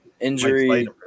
Injury